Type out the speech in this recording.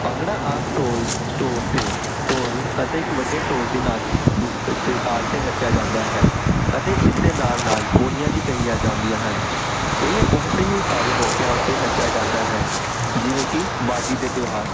ਭੰਗੜਾ ਆਮ ਢੋਲ ਤੌਰ 'ਤੇ ਢੋਲ ਅਤੇ ਇੱਕ ਵੱਡੇ ਢੋਲ ਦੀ ਨਾਚ 'ਤੇ ਤਾਲ 'ਤੇ ਨੱਚਿਆ ਜਾਂਦਾ ਹੈ ਅਤੇ ਇਸ ਦੇ ਨਾਲ਼ ਨਾਲ਼ ਬੋਲੀਆਂ ਵੀ ਗਾਈਆਂ ਜਾਂਦੀਆਂ ਹਨ ਇਹ ਬਹੁਤ ਹੀ ਸਾਰੇ ਮੌਕਿਆਂ ਉੱਤੇ ਨੱਚਿਆ ਜਾਂਦਾ ਹੈ ਜਿਵੇਂ ਕਿ ਵਾਢੀ ਦੇ ਤਿਉਹਾਰ